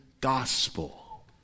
gospel